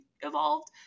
evolved